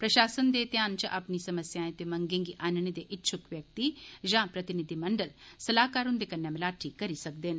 प्रशासन दे ध्यान च अपनी समाचार ते मंगें गी आनने दे इच्छुक व्यक्ति या प्रतिनिधिमंडल सलाहकार हुन्दे कन्नै मलाटी करी सकदे न